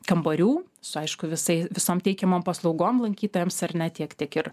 kambarių su aišku visai visom teikiamom paslaugom lankytojams ar ne tiek tiek ir